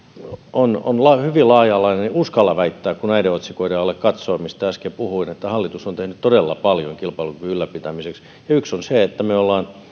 on siis hyvin laaja alainen ja uskallan väittää kun näiden otsikoiden alle katsoo mistä äsken puhuin että hallitus on tehnyt todella paljon kilpailukyvyn ylläpitämiseksi yksi on se että me olemme